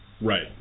Right